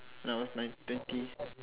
and I was like twenty